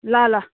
ल ल